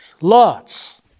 lots